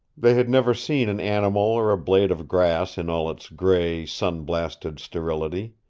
they had never seen an animal or a blade of grass in all its gray, sun-blasted sterility.